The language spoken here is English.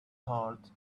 heart